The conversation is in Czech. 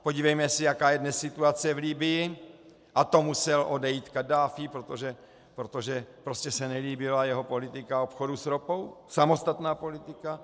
Podívejme se, jaká je dnes situace v Libyi, a to musel odejít Kaddáfí, protože se nelíbila jeho politika obchodu s ropou, samostatná politika.